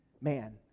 man